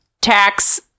tax